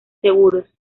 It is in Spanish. seguros